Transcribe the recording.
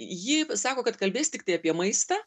ji sako kad kalbės tiktai apie maistą